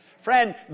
Friend